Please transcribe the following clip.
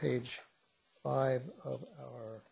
page five o